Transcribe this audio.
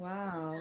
Wow